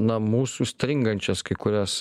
na mūsų stringančias kai kurias